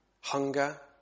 hunger